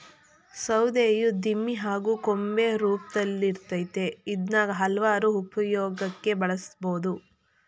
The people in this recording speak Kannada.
ಸೌಧೆಯು ದಿಮ್ಮಿ ಹಾಗೂ ಕೊಂಬೆ ರೂಪ್ದಲ್ಲಿರ್ತದೆ ಇದ್ನ ಹಲ್ವಾರು ಉಪ್ಯೋಗಕ್ಕೆ ಬಳುಸ್ಬೋದು